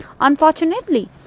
Unfortunately